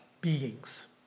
beings